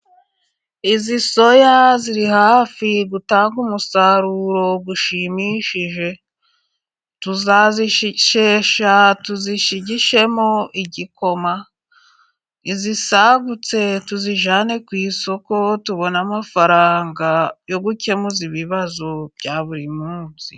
Izi soya ziri hafi gutanga umusaruro ushimishije, tuzazishesha tuzishigishemo igikoma, izisagutse tuzijyane ku isoko tubone amafaranga yo gukemuraza ibibazo bya buri munsi.